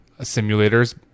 simulators